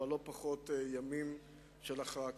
אבל לא פחות, ימים של הכרעה כלכלית.